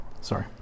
Sorry